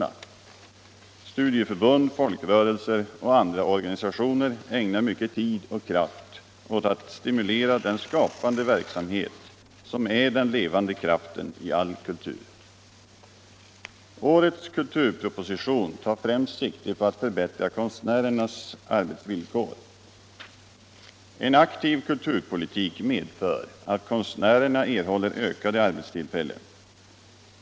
Kulturpolitiken Kulturpolitiken Studieförbund, folkrörelser och andra organisationer ägnar tid och kraft åt all stimulera den skapande verksamhet som är den levande kraften i all kultur. Årets kulturproposition tar främst sikte på att förbättra konstnärernas arbetsvillkor. En aktiv kulturpolitik medför att konstnärerna erhåller ökade arbetstillfällen.